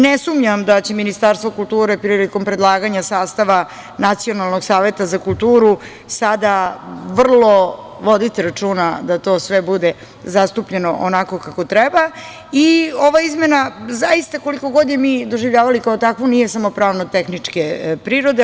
Ne sumnjam da će Ministarstvo kulture prilikom predlaganja sastava Nacionalnog saveta za kulturu sada vrlo voditi računa da to sve bude zastupljeno onako kako treba i ova izmena zaista, koliko god je mi doživljavali kao takvu, nije samo pravno-tehničke prirode.